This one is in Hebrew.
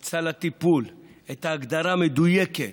את סל הטיפול, את ההגדרה המדויקת.